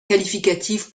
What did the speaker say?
qualificatif